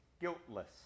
guiltless